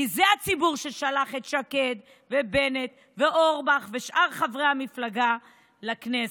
כי זה הציבור ששלח את שקד ובנט ואורבך ושאר חברי המפלגה לכנסת.